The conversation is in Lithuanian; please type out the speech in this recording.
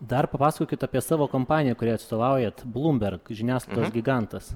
dar papasakokit apie savo kompaniją kuriai atstovaujat blūmberg žiniasklaidos gigantas